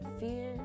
fear